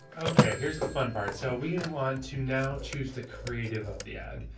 okay, here's the fun part. so we and want to now choose the creative of the ad,